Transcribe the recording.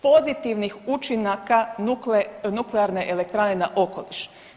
Pozitivnih učinaka nuklearne elektrane na okoliš.